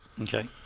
Okay